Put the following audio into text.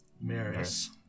Maris